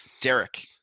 Derek